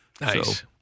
Nice